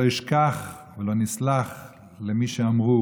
לא נשכח ולא נסלח למי שאמרו